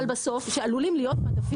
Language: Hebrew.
עלולים להיות מדפים ריקים.